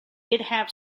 have